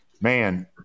man